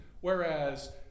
whereas